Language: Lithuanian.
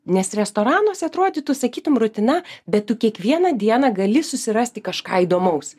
nes restoranuose atrodytų sakytum rutina bet tu kiekvieną dieną gali susirasti kažką įdomaus